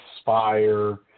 Spire –